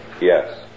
Yes